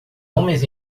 homens